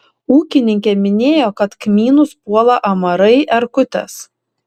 ūkininkė minėjo kad kmynus puola amarai erkutės